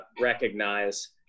recognize